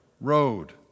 road